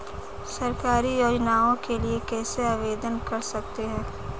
सरकारी योजनाओं के लिए कैसे आवेदन कर सकते हैं?